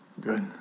Good